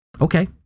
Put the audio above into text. Okay